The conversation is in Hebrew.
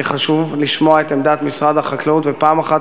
חשוב לשמוע את עמדת משרד החקלאות ואחת